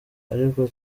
ariko